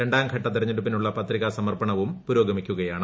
രണ്ടാംഘട്ട തെരഞ്ഞെടുപ്പിനുള്ള പത്രികാ സമർപ്പണവും പുരോഗമിക്കുകയാണ്